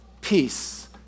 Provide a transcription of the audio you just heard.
peace